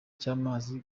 cy’amazi